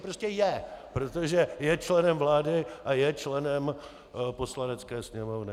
Prostě je, protože je členem vlády a je členem Poslanecké sněmovny.